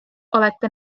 olete